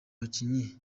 bakinnyi